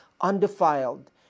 undefiled